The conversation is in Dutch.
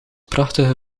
prachtige